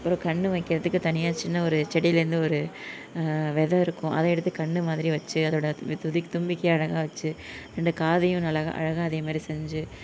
அப்புறம் கண்ணு வைக்கிறதுக்கு தனியா சின்ன ஒரு செடியில் இருந்து ஒரு விதை இருக்கும் அதை எடுத்து கண்ணு மாதிரி வச்சி அதோடய துதி தும்பிக்கையை அழகாக வச்சி ரெண்டு காதையும் நல்லா அழகாக அதே மாதிரி செஞ்சு